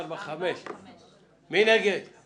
8 נמנעים, אין הצעה לתיקון החקיקה (65)